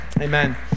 Amen